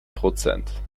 prozent